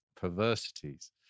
perversities